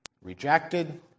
rejected